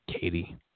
Katie